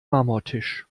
marmortisch